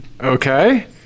Okay